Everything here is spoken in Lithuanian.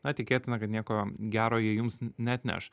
na tikėtina kad nieko gero jie jums neatneš